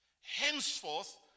henceforth